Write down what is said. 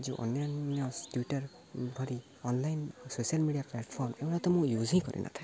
ଯୋଉ ଅନ୍ୟାନ୍ୟ ଟ୍ୱିଟର୍ ଭରି ଅନ୍ଲାଇନ୍ ସୋସିଆଲ୍ ମିଡ଼ିଆ ପ୍ଲାଟ୍ଫର୍ମ୍ ଏଗୁଡ଼ା ତ ମୁଁ ୟୁଜ୍ ହଁ କରିନଥାଏ